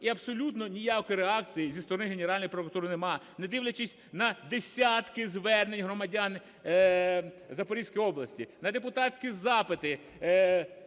і абсолютно ніякої реакції зі сторони Генеральної прокуратури немає, не дивлячись на десятки звернень громадян Запорізької області, на депутатські запити